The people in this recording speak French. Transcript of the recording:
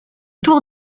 tour